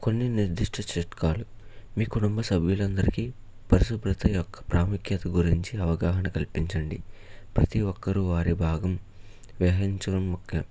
కొన్ని నిర్దిష్ట చిట్కాలు మీ కుటుంబ సభ్యులందరికీ పరిశుభ్రత యొక్క ప్రాముఖ్యత గురించి అవగాహన కల్పించండి ప్రతీ ఒక్కరూ వారి భాగం విహరించడం ముఖ్యం